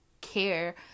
care